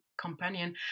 companion